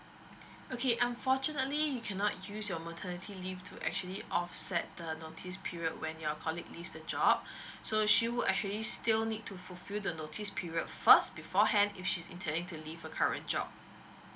okay unfortunately you cannot use your maternity leave to actually offset the notice period when your colleague leaves the job so she would actually still need to fulfill the notice period first beforehand if she's intending to leave her current job